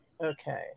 Okay